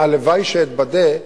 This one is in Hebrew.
והלוואי שאתבדה,